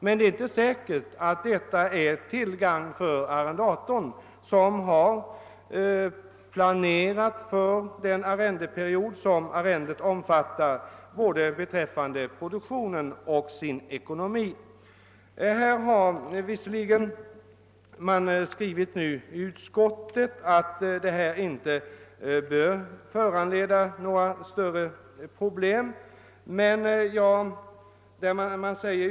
Men det är inte säkert att detta är till gagn för arrendatorn, som har planerat både produktionen och sin ekonomi för den arrendeperiod som arrendet omfattar. Utskottet har skrivit att detta inte bör föranleda några större problem.